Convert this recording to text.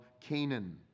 Canaan